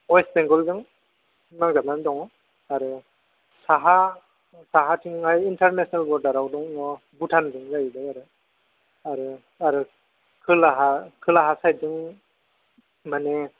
अवेस्ट बेंगलजों नांजाबनानै दङ आरो साहा साहा थिंजाय इन्टारनेशनेल बर्डाराव दङ भुटानजों जाहैबाय आरो आरो खोलाहा खोलाहा साइडजों माने